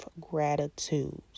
gratitude